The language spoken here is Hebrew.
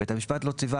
בית המשפט לא מינה